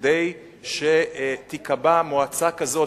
כדי שתיקבע מועצה כזאת,